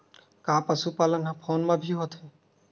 का पशुपालन ह फोन म भी होथे?